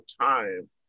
time